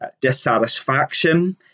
dissatisfaction